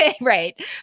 right